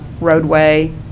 roadway